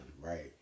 Right